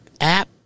app